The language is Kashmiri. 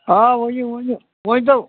آ ؤنِو ؤنِو ؤنۍتو